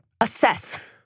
assess